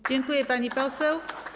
Dziękuję, pani poseł.